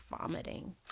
vomiting